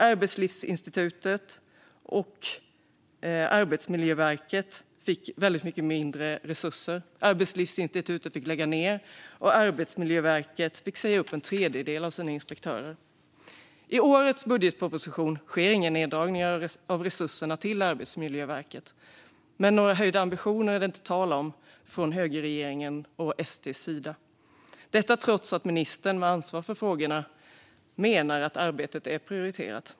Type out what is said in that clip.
Arbetslivsinstitutet och Arbetsmiljöverket fick väldigt mycket mindre resurser. Arbetslivsinstitutet fick läggas ned, och Arbetsmiljöverket fick säga upp en tredjedel av sina inspektörer. I årets budgetproposition sker inga neddragningar av resurserna till Arbetsmiljöverket, men några höjda ambitioner är det inte tal om från högerregeringens och SD:s sida, detta trots att ministern med ansvar för frågorna menar att arbetet är prioriterat.